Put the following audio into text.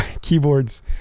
keyboards